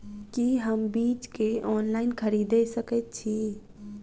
की हम बीज केँ ऑनलाइन खरीदै सकैत छी?